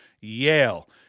Yale